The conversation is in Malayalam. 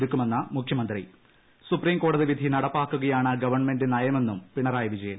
ഒരുക്കുമെന്ന് മുഖ്യമന്തി സൂപ്പീർക്കോട്തി വിധി നടപ്പാക്കുകയാണ് ഗവൺമെന്റ് നയമെന്നും പിണറ്റിയി വിജയൻ